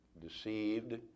deceived